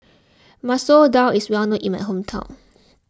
Masoor Dal is well known in my hometown